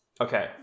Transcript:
Okay